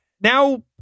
now